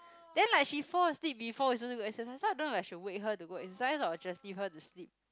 then like she fall asleep before we supposed to go exercise so I don't know like should wake her to go exercise or just leave her to sleep